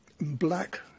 black